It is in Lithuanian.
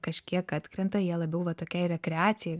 kažkiek atkrenta jie labiau va tokiai rekreacijai